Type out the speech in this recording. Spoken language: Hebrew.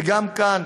וגם כאן